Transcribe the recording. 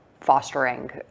fostering